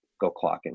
go-clocking